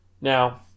Now